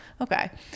Okay